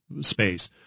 space